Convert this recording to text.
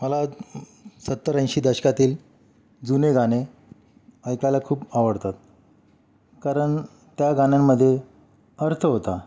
मला सत्तर ऐंशी दशकातील जुने गाणे ऐकायला खूप आवडतात कारण त्या गाण्यांमध्ये अर्थ होता